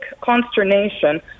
consternation